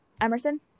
emerson